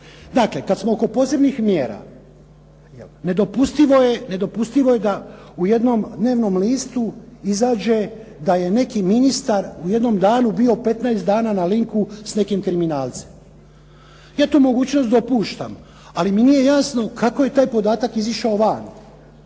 Dakle, kad smo kod posebnih mjera, nedopustivo je da u jednom dnevnom listu izađe da je neki ministar u jednom danu bio 15 dana na linku s nekim kriminalcem. Ja tu mogućnost dopuštam, ali mi nije jasno kako je taj podatak izašao van.